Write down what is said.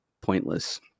pointless